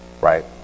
right